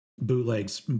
bootlegs